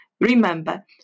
Remember